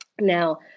Now